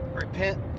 repent